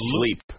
sleep